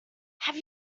have